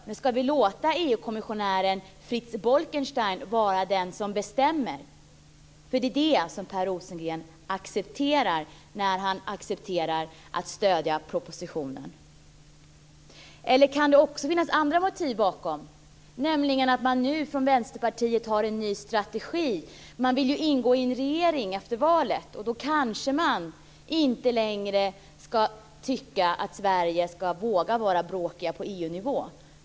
Men ska vi låta EU kommissionären Frits Bolkestein vara den som bestämmer? Det är det som Per Rosengren accepterar när han stöder propositionen. Eller kan det finnas andra motiv? Kanske är detta Vänsterpartiets nya strategi. Man vill ju ingå i en regering efter valet, och då kanske man inte längre ska tycka att Sverige ska våga vara bråkigt på EU nivå.